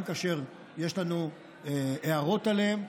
גם כאשר יש לנו הערות עליהם,